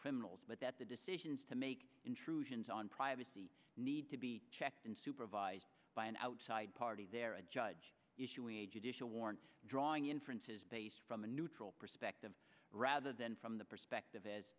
criminals but that the decisions to make intrusions on privacy need to be checked and supervised by an outside party there a judge issuing a judicial warrant drawing inferences based from a neutral perspective rather than from the perspective as